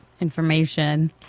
information